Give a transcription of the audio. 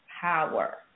power